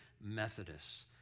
Methodists